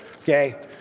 Okay